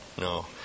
no